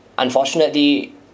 Unfortunately